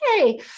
okay